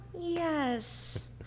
Yes